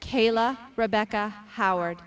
kayla rebecca howard